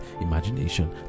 Imagination